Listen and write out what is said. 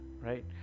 right